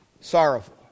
sorrowful